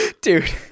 Dude